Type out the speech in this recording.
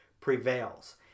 prevails